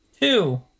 Two